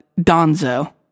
Donzo